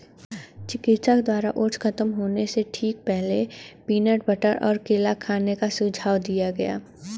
चिकित्सक द्वारा ओट्स खत्म होने से ठीक पहले, पीनट बटर और केला खाने का सुझाव दिया गया